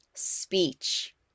speech